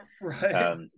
right